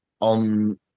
on